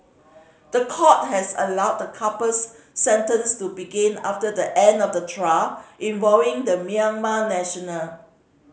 the court has allowed the couple's sentence to begin after the end of the trial involving the Myanmar national